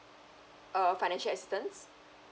err financial assistance